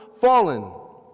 fallen